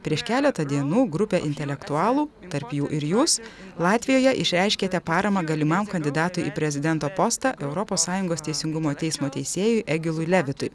prieš keletą dienų grupė intelektualų tarp jų ir jūs latvijoje išreiškiatė paramą galimam kandidatui į prezidento postą europos sąjungos teisingumo teismo teisėjui egilui levitui